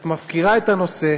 את מפקירה את הנושא